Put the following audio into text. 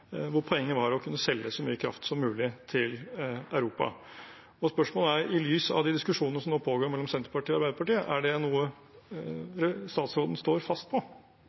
hvor poenget var å kunne selge så mye kraft som mulig til Europa. Spørsmålet er: I lys av de diskusjonene som nå pågår mellom Senterpartiet og Arbeiderpartiet, er det noe statsråden står fast på?